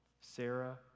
Sarah